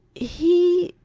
he,